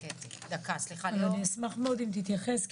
אני אשמח מאוד אם תתייחס,